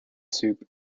soup